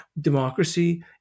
democracy